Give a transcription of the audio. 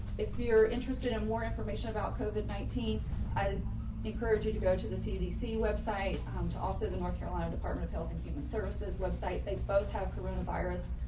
if you're interested in more information about kovat nineteen i encourage you to go to the cdc website um to also the north carolina department of health and human services website. they both have coronavirus,